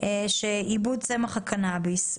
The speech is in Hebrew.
שעיבוד צמח הקנאביס,